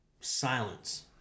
silence